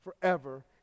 forever